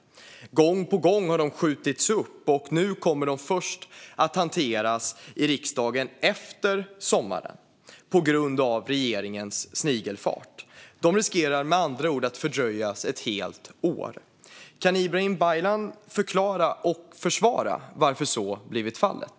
Gång på gång har de skjutits upp, och nu kommer de att hanteras i riksdagen först efter sommaren på grund av regeringens snigelfart. De riskerar med andra ord att fördröjas ett helt år. Kan Ibrahim Baylan förklara och försvara varför så har blivit fallet?